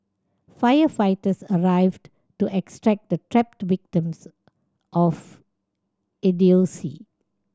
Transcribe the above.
firefighters arrived to extract the trapped victims of idiocy